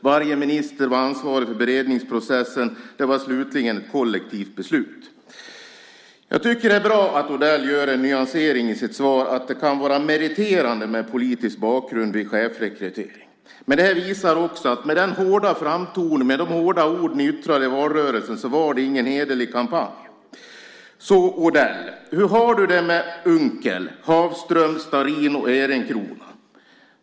Varje minister var ansvarig för beredningsprocessen, och det var slutligen ett kollektivt beslut. Jag tycker att det är bra att Odell gör en nyansering i sitt svar att det kan vara meriterande med politisk bakgrund vid chefsrekrytering. Det visar också att de hårda ord ni yttrade i valrörelsen inte var någon hederlig kampanj. Hur har du det med Unckel, Hafström, Starrin och Ehrencrona, Odell?